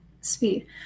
speed